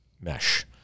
mesh